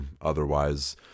otherwise